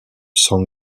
san